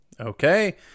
Okay